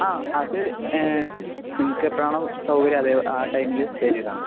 ആ അത് നിങ്ങൾക്ക് എപ്പോഴാണോ സൗകര്യം അത് ആ ടൈമിൽ പേ ചെയ്താൽ മതി